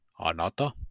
anata